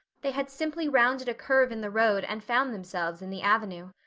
they had simply rounded a curve in the road and found themselves in the avenue.